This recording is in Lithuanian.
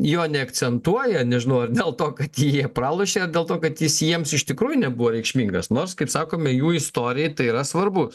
jo neakcentuoja nežinau ar dėl to kad jie pralošė ar dėl to kad jis jiems iš tikrųjų nebuvo reikšmingas nors kaip sakome jų istorijai tai yra svarbu